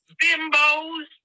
bimbos